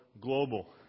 global